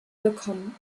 gekommen